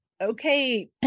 okay